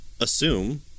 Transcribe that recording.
assume